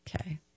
Okay